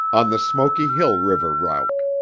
on the smoky hill river route.